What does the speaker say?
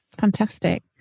Fantastic